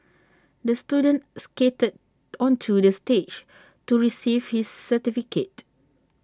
the student skated onto the stage to receive his certificate